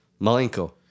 Malenko